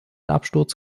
absturz